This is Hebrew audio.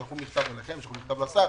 שלחו אליכם מכתב, שלחו מכתב לשר,